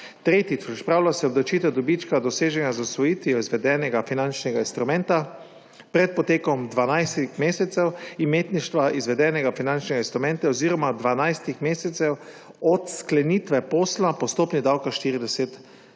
tretjič, odpravlja se obdavčitev dobička, doseženega z odsvojitvijo izvedenega finančnega instrumenta pred potekom 12 mesecev imetništva izvedenega finančnega instrumenta oziroma 12 mesecev od sklenitve posla po stopnji davka 40 %;